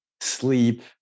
sleep